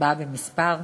ארבעה במספר,